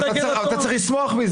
זה עשוי לשמח אותך,